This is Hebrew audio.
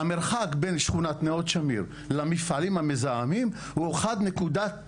המרחק בין שכונת נאור שמיר למפעלים המזהמים הוא 1.9,